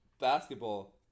basketball